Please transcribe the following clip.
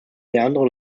leandro